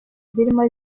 zirimo